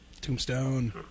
Tombstone